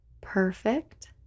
perfect